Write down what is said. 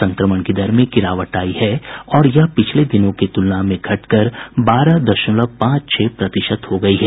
संक्रमण की दर में गिरावट आयी है और यह पिछले दिनों की तुलना में घटकर बारह दशमलव पांच छह प्रतिशत हो गयी है